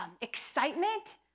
excitement